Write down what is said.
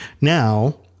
Now